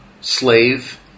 slave